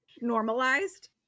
normalized